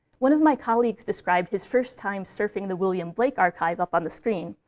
one of my colleagues described his first time surfing the william blake archive, up on the screen,